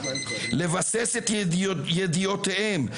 לבסס את ידיעותיהם,